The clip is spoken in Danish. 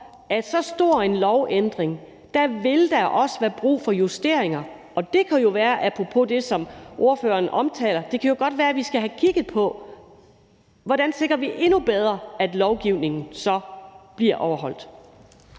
med så stor en lovændring vil der også være brug for justeringer, og det kan jo godt være – apropos det, som ordføreren omtaler – at vi skal have kigget på, hvordan vi sikrer endnu bedre, at lovgivningen så bliver overholdt.